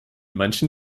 manchen